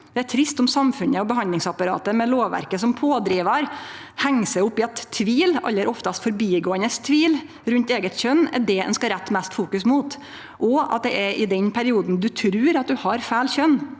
Det er trist om samfunnet og behandlingsapparatet med lovverket som pådrivar heng seg opp i at tvil – aller oftast forbigåande tvil – rundt eige kjønn er det ein skal rette mest fokus mot, og at det er i den perioden ein trur ein har feil kjønn,